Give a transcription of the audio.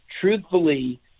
truthfully